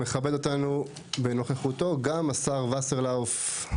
מכבד אותנו בנוכחותו גם השר וסרלאוף,